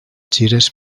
gires